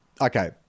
okay